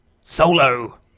Solo